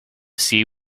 see